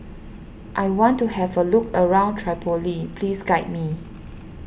I want to have a look around Tripoli please guide me